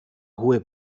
hohe